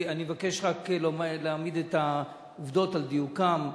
אני מבקש רק להעמיד את העובדות על דיוקן.